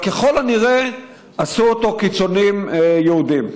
אבל ככל הנראה עשו אותו קיצונים יהודים.